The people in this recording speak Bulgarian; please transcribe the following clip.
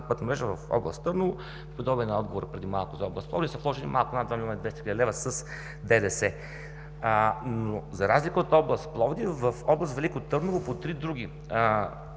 пътна мрежа в област Търново – подобен е отговорът преди малко за област Пловдив, са вложени малко над 2 млн. 200 хил. лв. с ДДС, но за разлика от област Пловдив, в област Велико Търново по три други